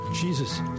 Jesus